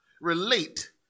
relate